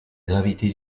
gravité